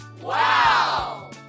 Wow